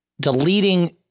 deleting